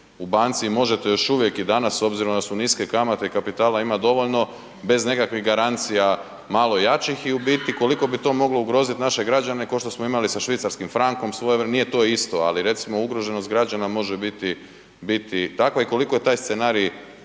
u banci, i možete još uvijek i danas, s obzirom da su niske kamate, kapitala ima dovoljno, bez nekakvih garancija malo jačih, i u biti koliko bi to moglo ugrozit naše građane, k'o što smo imali sa švicarskim frankom svojevremeno, nije to isto, ali recimo ugroženost građana može biti takva i koliko je taj scenarij